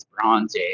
Bronze